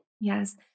Yes